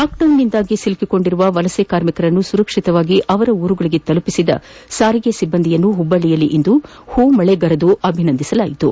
ಲಾಕ್ಡೌನ್ನಿಂದ ಸಿಲುಕಿಕೊಂಡಿದ್ದ ವಲಸೆ ಕಾರ್ಮಿಕರನ್ನು ಸುರಕ್ಷಿತವಾಗಿ ಅವರ ಊರುಗಳಿಗೆ ತಲುಪಿಸಿದ ಸಾರಿಗೆ ಸಿಬ್ಲಂದಿಯನ್ನು ಹುಬ್ಲಳ್ಳಿಯಲ್ಲಿಂದು ಹೂ ಮಳೆಗರೆದು ಅಭಿನಂದಿಸಲಾಯಿತು